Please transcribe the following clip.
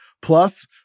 Plus